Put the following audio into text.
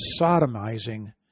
sodomizing